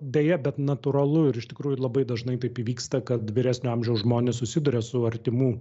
deja bet natūralu ir iš tikrųjų labai dažnai taip įvyksta kad vyresnio amžiaus žmonės susiduria su artimų